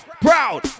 proud